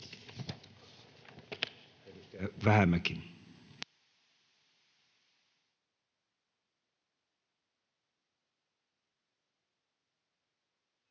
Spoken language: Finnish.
Vähämäki.